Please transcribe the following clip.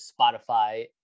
Spotify